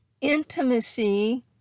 Intimacy